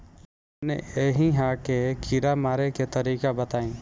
अपने एहिहा के कीड़ा मारे के तरीका बताई?